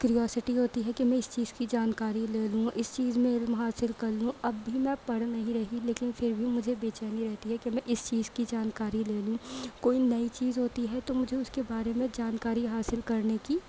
curiosity ہوتی ہے کہ میں اس چیز کی جانکاری لے لوں اس چیز میں علم حاصل کر لوں اب بھی میں پڑھ نہیں رہی لیکن پھر بھی مجھے بے چینی رہتی ہے کہ میں اس چیز کی جانکاری لے لوں کوئی نئی چیز ہوتی ہے تو مجھے اس کے بارے میں جانکاری حاصل کرنے کی